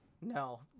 No